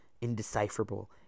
Indecipherable